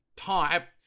Type